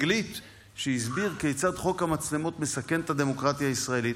שהסביר כיצד חוק המצלמות מסכן את הדמוקרטיה הישראלית,